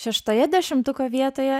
šeštoje dešimtuko vietoje